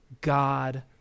God